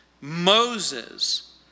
Moses